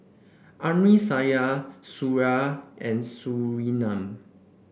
Amsyar Suraya and Surinam